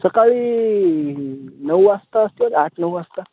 सकाळी नऊ वाजता असतील आठ नऊ वाजता